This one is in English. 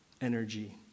energy